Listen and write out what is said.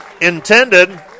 intended